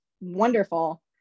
wonderful